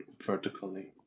vertically